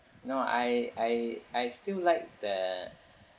you know I I I still like the